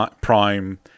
Prime